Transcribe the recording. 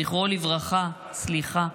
זכרו לברכה, סליחה,